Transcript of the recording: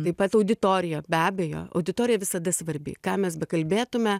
taip pat auditorija be abejo auditorija visada svarbi ką mes bekalbėtume